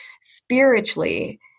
spiritually